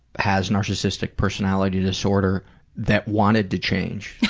has narcissistic personality disorder that wanted to change?